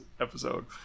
episode